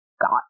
got